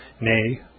nay